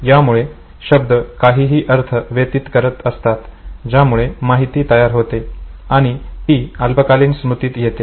यामुळे शब्द काहीतरी अर्थ व्यतीत करत असतात ज्यामुळे माहिती तयार होते आणि ती अल्पकालीन स्मृतीत येते